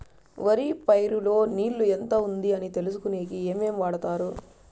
వరి పైరు లో నీళ్లు ఎంత ఉంది అని తెలుసుకునేకి ఏమేమి వాడతారు?